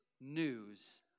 news